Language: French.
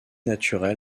naturel